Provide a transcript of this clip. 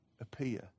appear